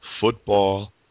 Football